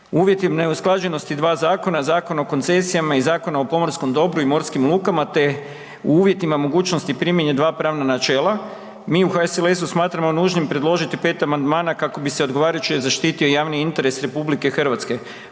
uvjetima neusklađenosti dva zakona, Zakon o koncesijama i Zakon o pomorskom dobru i morskim lukama, te u uvjetima mogućnosti primjene dva pravna načela mi u HSLS-u smatramo nužnim predložiti 5 amandmana kako bi se odgovarajuće zaštitio javni interes RH. Prvi